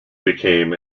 became